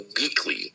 weekly